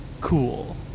cool